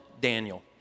Daniel